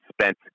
spent